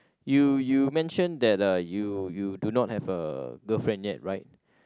you you mentioned that uh you you do not have a girlfriend yet right